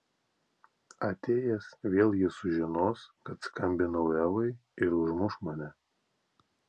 atėjęs vėl jis sužinos kad skambinau evai ir užmuš mane